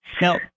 Now